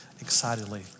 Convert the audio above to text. excitedly